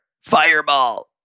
fireball